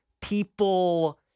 people –